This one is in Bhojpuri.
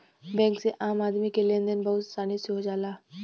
बैंक से आम आदमी क लेन देन में बहुत आसानी हो जाला